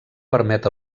permet